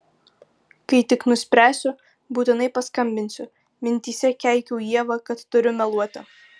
kai tik nuspręsiu būtinai paskambinsiu mintyse keikiau ievą kad turiu meluoti